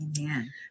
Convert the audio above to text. Amen